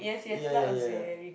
ya ya ya